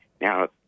Now